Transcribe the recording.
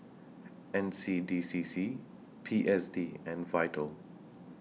N C D C C P S D and Vital